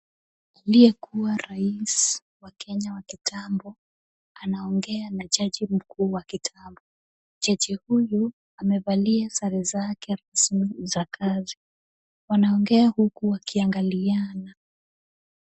Aliyekuwa rais wa Kenya wa kitambo anaongea na jaji mkuu wa kitambo. Jaji huyu amevalia sare zake rasmi za kazi. Wanaongea huku wakiangaliana.